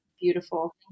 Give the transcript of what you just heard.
Beautiful